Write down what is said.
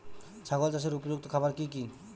ছাগল চাষের উপযুক্ত খাবার কি কি?